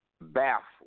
baffled